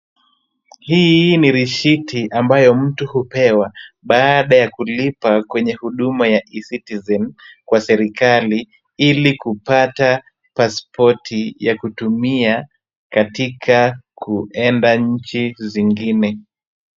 Hii ni risiti ambayo mtu hupewa baada ya kulipa kwenye huduma ya e-citizen kwa serikali, ili kupata pasipoti ya kutumia katika kuenda nchi zingine.